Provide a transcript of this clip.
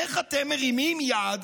מרימים יד,